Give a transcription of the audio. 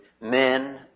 men